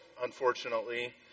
unfortunately